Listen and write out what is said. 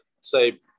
say